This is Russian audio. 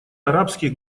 арабских